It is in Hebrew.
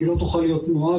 כי לא תוכל להיות תנועה,